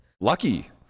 Lucky